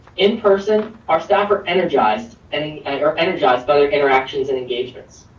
in person, our staff are energized and and and are energized by their interactions and engagements.